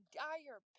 dire